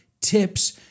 tips